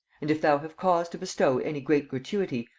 and if thou have cause to bestow any great gratuity,